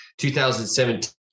2017